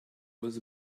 was